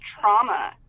trauma